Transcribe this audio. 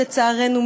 לצערנו,